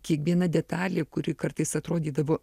kiekviena detalė kuri kartais atrodydavo